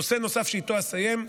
נושא נוסף, שאיתו אסיים,